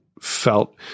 felt